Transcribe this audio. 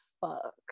fuck